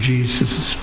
Jesus